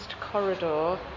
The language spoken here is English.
corridor